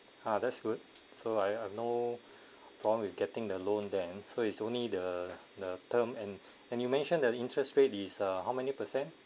ah that's good so I've no problem with getting the loan then so is only the the term and and you mention that the interest rate is uh how many percent